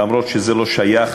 למרות שזה לא שייך,